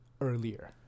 earlier